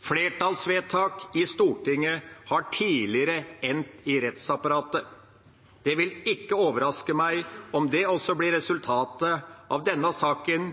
Flertallsvedtak i Stortinget har tidligere endt i rettsapparatet. Det vil ikke overraske meg om det også blir resultatet av denne saken